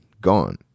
gone